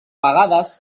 vegades